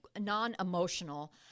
non-emotional